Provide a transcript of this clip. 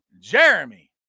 Jeremy